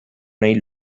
nahi